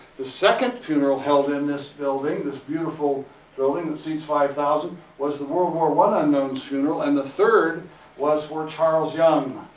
the second funeral held in this building, this beautiful building that seats five thousand, was the world war one unknown's funeral. and the third was for charles young.